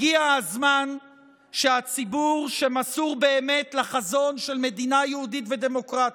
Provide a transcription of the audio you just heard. הגיע הזמן שהציבור שמסור באמת לחזון של מדינה יהודית ודמוקרטית,